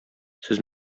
сез